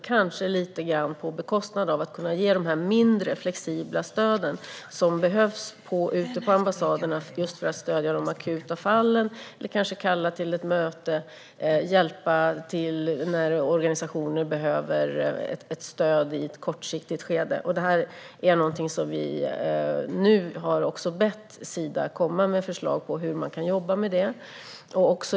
Kanske har detta skett lite grann på bekostnad av att kunna ge dessa mindre, flexibla stöd som behövs ute på ambassaderna för att stödja i de akuta fallen, för att kanske kalla till ett möte eller för att hjälpa till när organisationer behöver stöd under kortare tid. Vi har nu bett Sida att komma med förslag på hur man kan jobba med detta.